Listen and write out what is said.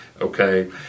okay